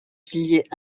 piliers